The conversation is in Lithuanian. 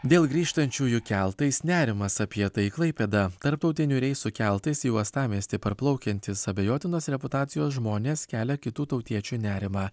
dėl grįžtančiųjų keltais nerimas apie tai klaipėda tarptautinių reisų keltais į uostamiestį parplaukiantys abejotinos reputacijos žmonės kelia kitų tautiečių nerimą